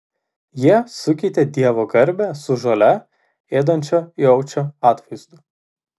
jie sukeitė dievo garbę su žolę ėdančio jaučio atvaizdu